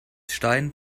stein